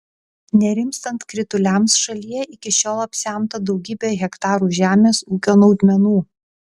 nerimstant krituliams šalyje iki šiol apsemta daugybė hektarų žemės ūkio naudmenų